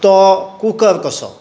तो कुकर कसो